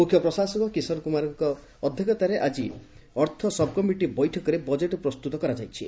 ମୁଖ୍ୟ ପ୍ରଶାସକ କିଶନ କୁମାରଙ୍କ ଅଧ୍ଧକ୍ଷତାରେ ଆକି ଅର୍ଥ ସବ୍କମିଟି ବୈଠକରେ ବଜେଟ୍ ପ୍ରସ୍ତୁତ କରାଯାଇଛି